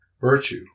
Virtue